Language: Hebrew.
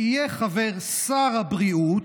"יהיה חבר שר הבריאות,